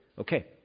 Okay